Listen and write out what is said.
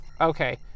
okay